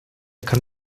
kann